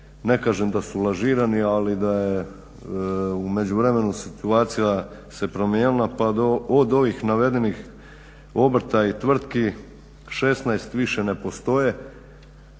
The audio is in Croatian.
Ne kažem da su lažirani, ali da je u međuvremenu situacija se promijenila pa od ovih navedenih obrta i tvrtki 16 više ne postoje